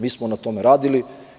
Mi smo na tome radili.